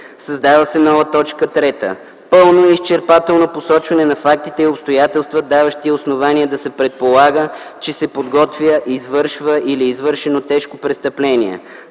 създава се нова т. 3: „пълно и изчерпателно посочване на фактите и обстоятелствата, даващи основание да се предполага, че се подготвя, извършва или е извършено тежко престъпление”;